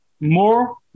more